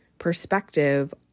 perspective